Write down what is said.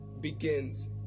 begins